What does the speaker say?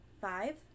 Five